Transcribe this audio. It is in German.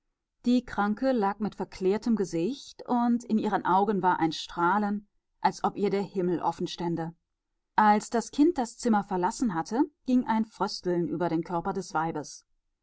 die kranke lag mit verklärtem gesicht und in ihren augen war ein strahlen als ob ihr der himmel offenstände als das kind das zimmer verlassen hatte ging ein frösteln über den körper des weibes